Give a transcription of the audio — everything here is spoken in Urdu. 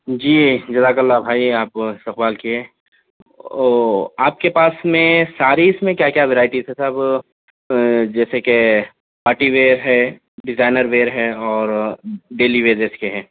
جی جزاک اللہ بھائی آپ استقبال کیے اور آپ کے پاس میں ساریز میں کیا کیا ورائٹیز ہیں صاحب جیسے کہ پارٹی ویئر ہے ڈیزائنر ویئر ہیں اور ڈیلی ویزیز کے ہیں